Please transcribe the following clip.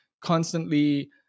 constantly